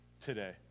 today